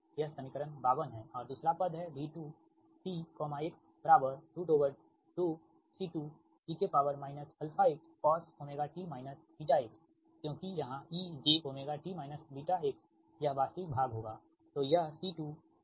यह समीकरण 52 है और दूसरा पद है V2 t x 2 C2 e αx cos ωt βx क्योंकि यहाँ ejωt βx यह वास्तविक भाग होगा